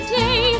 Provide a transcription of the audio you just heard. day